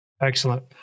Excellent